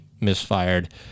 misfired